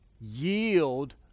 yield